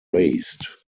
raised